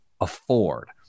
afford